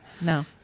No